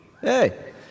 Hey